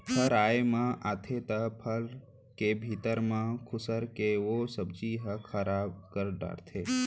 फर आए म आथे त फर के भीतरी म खुसर के ओ सब्जी ल खराब कर डारथे